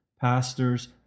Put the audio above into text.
Pastors